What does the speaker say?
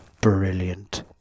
brilliant